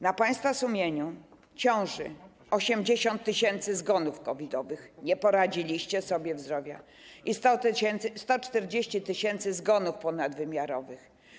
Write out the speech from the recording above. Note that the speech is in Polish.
Na państwa sumieniu ciąży 80 tys. zgonów COVID-owych - nie poradziliście sobie w ochronie zdrowia - i 140 tys. zgonów ponadwymiarowych.